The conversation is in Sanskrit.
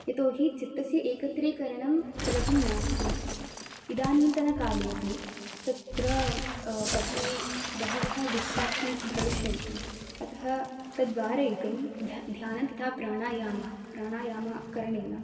यतोहि चित्तस्य एकत्रिकरणं सुलभं नास्ति इदानीन्तनकाले अपि तत्र पठने बहवः डिस्ट्र्याक्षन्स् भविष्यन्ति अतः तद् वारयितुं ध ध्यानं तथा प्राणायामः प्राणायामः करणेन